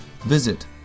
visit